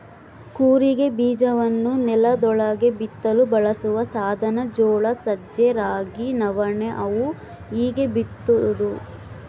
ಕೂರಿಗೆ ಬೀಜವನ್ನು ನೆಲದೊಳಗೆ ಬಿತ್ತಲು ಬಳಸುವ ಸಾಧನ ಜೋಳ ಸಜ್ಜೆ ರಾಗಿ ನವಣೆ ಅವು ಹೀಗೇ ಬಿತ್ತೋದು